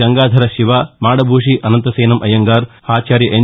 Gangadhara Shiva Mada Bhushi Ananthasayanam Ayyangar Acharya ఎన్